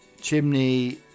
Chimney